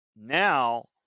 Now